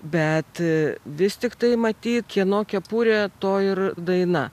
bet vis tik tai matyt kieno kepurė to ir daina